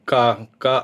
ką ką